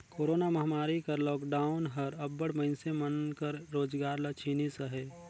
corona महमारी कर lockdown हर अब्बड़ मइनसे मन कर रोजगार ल छीनिस अहे